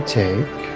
take